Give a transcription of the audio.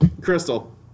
Crystal